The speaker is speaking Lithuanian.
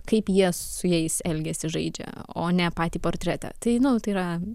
kaip jie su jais elgiasi žaidžia o ne patį portretą tai nu tai yra